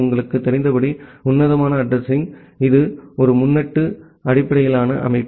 உங்களுக்குத் தெரிந்தபடி உன்னதமான அட்ரஸிங் இது ஒரு முன்னொட்டு அடிப்படையிலான அமைப்பு